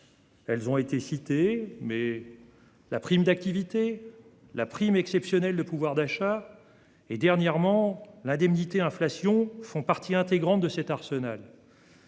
les salaires trop bas. La prime d'activité, la prime exceptionnelle de pouvoir d'achat et, dernièrement, l'indemnité inflation font partie intégrante de cet arsenal.